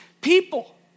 people